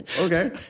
Okay